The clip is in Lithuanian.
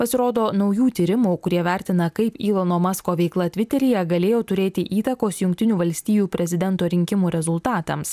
pasirodo naujų tyrimų kurie vertina kaip ylono masko veikla tviteryje galėjo turėti įtakos jungtinių valstijų prezidento rinkimų rezultatams